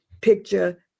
Picture